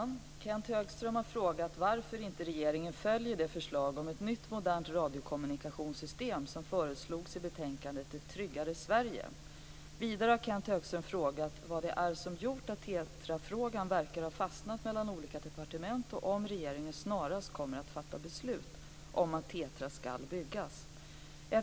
Fru talman! Kenth Högström har frågat varför inte regeringen följer det förslag om ett nytt modernt radiokommunikationssystem som föreslogs i betänkandet Ett tryggare Sverige . Vidare har Kenth Högström frågat vad det är som gjort att TETRA-frågan verkar ha fastnat mellan olika departement och om regeringen snarast kommer att fatta beslut om att TETRA ska byggas.